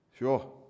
Sure